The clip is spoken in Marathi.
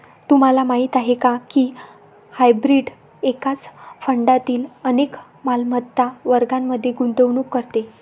तुम्हाला माहीत आहे का की हायब्रीड एकाच फंडातील अनेक मालमत्ता वर्गांमध्ये गुंतवणूक करते?